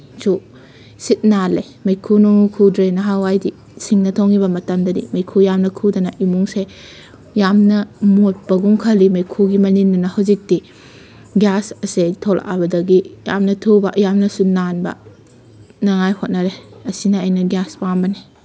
ꯁꯨ ꯁꯤꯠ ꯅꯥꯜꯂꯦ ꯃꯩꯈꯨ ꯅꯨꯡꯈꯨ ꯈꯨꯗ꯭ꯔꯦ ꯅꯍꯥꯟꯋꯥꯏꯗꯤ ꯁꯤꯡꯅ ꯊꯣꯡꯉꯤꯕ ꯃꯇꯝꯗꯗꯤ ꯃꯩꯈꯨ ꯌꯥꯝꯅ ꯈꯨꯗꯅ ꯏꯃꯨꯡꯁꯦ ꯌꯥꯝꯅ ꯃꯣꯠꯄꯒꯨꯝ ꯈꯜꯂꯤ ꯃꯩꯈꯨꯒꯤ ꯃꯅꯤꯜꯗꯨꯅ ꯍꯧꯖꯤꯛꯇꯤ ꯒ꯭ꯌꯥꯁ ꯑꯁꯦ ꯊꯣꯛꯂꯛꯑꯕꯗꯒꯤ ꯌꯥꯝꯅ ꯊꯨꯕ ꯌꯥꯝꯅꯁꯨ ꯅꯥꯟꯕ ꯅꯉꯥꯏ ꯍꯣꯠꯅꯔꯦ ꯑꯁꯤꯅ ꯑꯩꯅ ꯒ꯭ꯌꯥꯁ ꯄꯥꯝꯕꯅꯤ